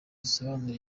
bisobanura